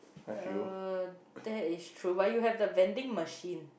uh that is true but you have the vending machine